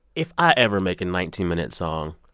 if i ever make a nineteen minute song,